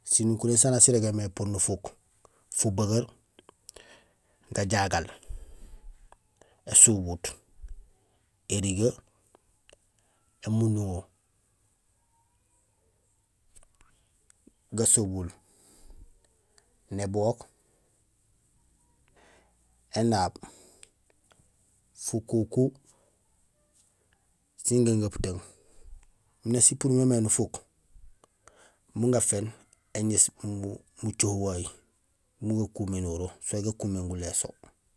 Sinukuréén saan nak sirégén mé épuur nufuk fubegeer gajagal ésubuut érigee émunduŋo gasobul nébook énaab fukuku sin gaŋeputung nak sipuur mémé nufuk bugaféén éŋéés mucohoheey bu gakuménoro soit gakuméén gulé so.